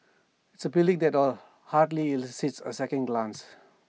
it's A building that hardly elicits A second glance